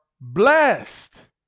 blessed